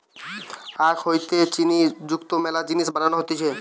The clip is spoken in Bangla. আখ হইতে চিনি যুক্ত মেলা জিনিস বানানো হতিছে